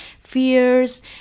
fears